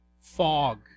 fog